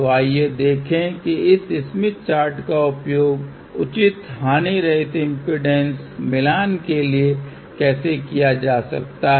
तो आइए देखें कि इस स्मिथ चार्ट का उपयोग उचित हानिरहित इम्पीडेन्स मिलान के लिए कैसे किया जा सकता है